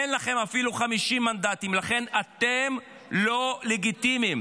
אין לכם אפילו 50 מנדטים, לכן אתם לא לגיטימיים.